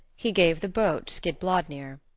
he gave the boat skidbladnir.